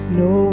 no